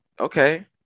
okay